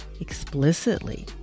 explicitly